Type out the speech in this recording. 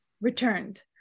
returned